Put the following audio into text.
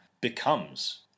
becomes